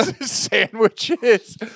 sandwiches